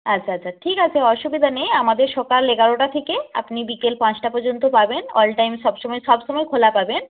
আচ্ছা আচ্ছা ঠিক আছে অসুবিধা নেই আমাদের সকাল এগারোটা থেকে আপনি বিকেল পাঁচটা পর্যন্ত পাবেন অল টাইম সবসময় সবসময়ে খোলা পাবেন